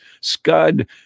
Scud